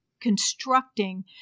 constructing